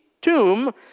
tomb